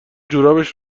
جورابش